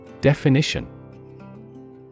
Definition